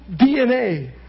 DNA